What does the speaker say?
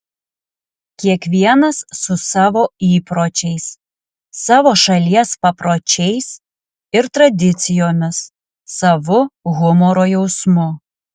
kiekvienas su savo įpročiais savo šalies papročiais ir tradicijomis savu humoro jausmu